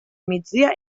migdia